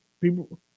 People